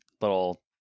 little